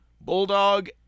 Bulldog